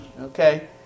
Okay